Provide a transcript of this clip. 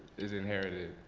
is inherited,